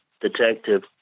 detective